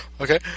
Okay